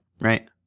right